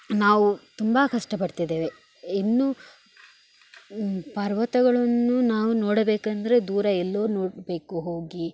ನಾವು ತುಂಬ ಕಷ್ಟಪಡ್ತಿದ್ದೇವೆ ಇನ್ನು ಪರ್ವತಗಳನ್ನು ನಾವು ನೋಡಬೇಕಂದರೆ ದೂರ ಎಲ್ಲೋ ನೋಡಬೇಕು ಹೋಗಿ